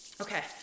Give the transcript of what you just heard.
Okay